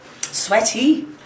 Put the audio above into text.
Sweaty